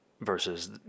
versus